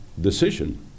decision